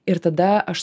ir tada aš